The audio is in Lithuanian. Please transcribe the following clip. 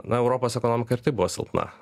na europos ekonomika ir taip buvo silpna